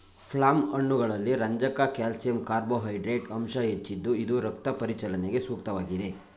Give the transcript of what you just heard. plum ಹಣ್ಣುಗಳಲ್ಲಿ ರಂಜಕ calcium carbohydrates ಅಂಶ ಹೆಚ್ಚಿದ್ದು ಇದು ರಕ್ತ ಪರಿಚಲನೆಗೆ ಸೂಕ್ತವಾಗಿದೆ